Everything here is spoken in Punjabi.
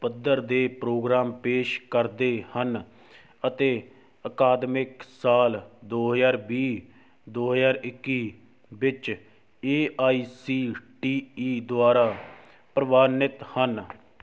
ਪੱਧਰ ਦੇ ਪ੍ਰੋਗਰਾਮ ਪੇਸ਼ ਕਰਦੇ ਹਨ ਅਤੇ ਅਕਾਦਮਿਕ ਸਾਲ ਦੋ ਹਜ਼ਾਰ ਵੀਹ ਦੋ ਹਜ਼ਾਰ ਇੱਕੀ ਵਿੱਚ A I C T E ਦੁਆਰਾ ਪ੍ਰਵਾਨਿਤ ਹਨ